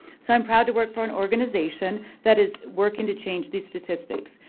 so i'm proud to work for an organization that is working to change these statistics.